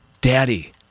Daddy